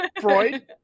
Freud